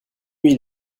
nuit